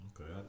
Okay